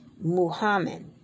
Muhammad